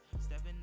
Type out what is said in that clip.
Stepping